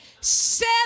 Seven